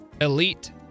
Elite